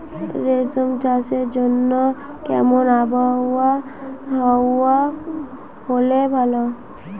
রেশম চাষের জন্য কেমন আবহাওয়া হাওয়া হলে ভালো?